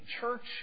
church